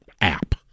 app